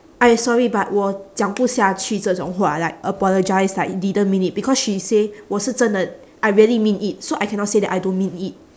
!aiya! sorry but 我讲不下去这种话 like apologise like didn't mean it because she say 我是真的 I really mean it so I cannot say that I don't mean it